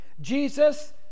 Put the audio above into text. Jesus